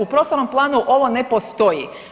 U prostornom planu ovo ne postoji.